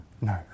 No